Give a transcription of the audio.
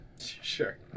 Sure